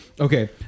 Okay